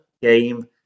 game